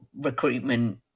recruitment